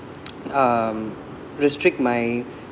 um restrict my